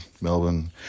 Melbourne